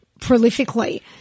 prolifically